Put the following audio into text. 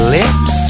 lips